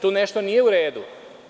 Tu nešto nije u redu.